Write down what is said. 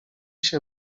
się